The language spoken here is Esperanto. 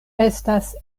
estas